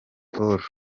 paul